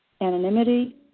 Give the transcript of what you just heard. anonymity